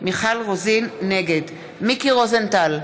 נגד מיקי רוזנטל,